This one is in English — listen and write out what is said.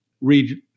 read